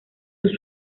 sus